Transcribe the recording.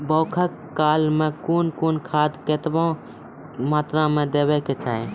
बौगक काल मे कून कून खाद केतबा मात्राम देबाक चाही?